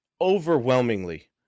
overwhelmingly